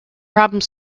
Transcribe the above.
problems